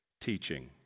teaching